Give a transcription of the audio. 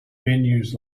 venues